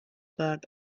that